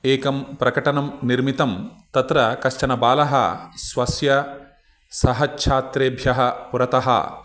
एकं प्रकटनं निर्मितं तत्र कश्चन बालः स्वस्य सह छात्रेभ्यः पुरतः